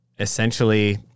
essentially